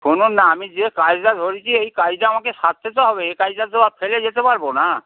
শুনুন না আমি যে কাজটা ধরেছি এই কাজটা আমাকে সারতে তো হবে এই কাজটা তো আর ফেলে যেতে পারব না